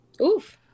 oof